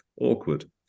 awkward